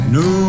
no